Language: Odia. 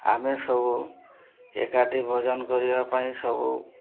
ଆମେ ସବୁ ଏକାଠି ଭୋଜନ କରିବା ପାଇଁ ସବୁ